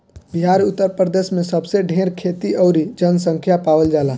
बिहार उतर प्रदेश मे सबसे ढेर खेती अउरी जनसँख्या पावल जाला